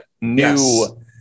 new